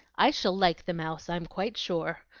i shall like the mouse, i'm quite sure.